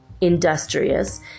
industrious